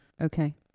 okay